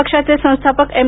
पक्षाचे संस्थापक एम